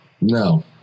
no